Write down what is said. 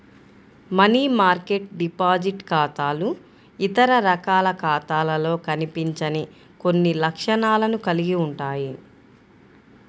money market deposit ఖాతాలు ఇతర రకాల ఖాతాలలో కనిపించని కొన్ని లక్షణాలను కలిగి ఉంటాయి